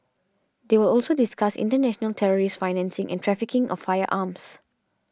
they will also discuss international terrorist financing and trafficking of firearms